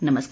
नमस्कार